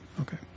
Okay